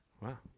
Wow